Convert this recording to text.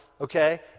okay